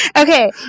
Okay